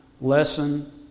lesson